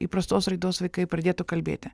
įprastos raidos vaikai pradėtų kalbėti